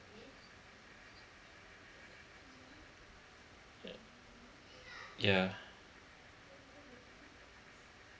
uh yeah